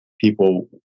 people